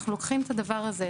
אנחנו לוקחים את הדבר הזה,